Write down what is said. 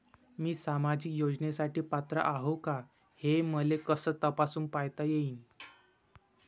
मी सामाजिक योजनेसाठी पात्र आहो का, हे मले कस तपासून पायता येईन?